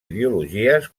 ideologies